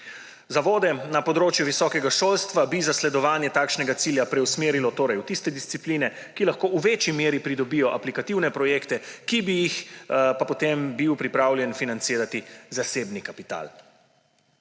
Zavode na področju visokega šolstva bi zasledovanje takšnega cilja preusmerilo torej v tiste discipline, ki lahko v večji meri pridobijo aplikativne projekte, ki bi jih pa potem bil pripravljen financirati zasebni kapital.